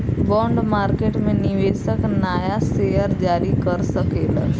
bond market में निवेशक नाया शेयर जारी कर सकेलन